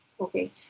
okay